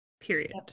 period